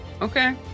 Okay